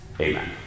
Amen